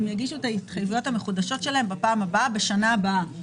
הן יגישו את ההתחייבויות המחודשות שלהן בפעם הבאה בשנה הבאה,